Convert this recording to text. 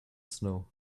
snow